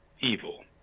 evil